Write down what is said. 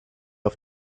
auf